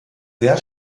sehr